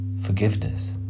forgiveness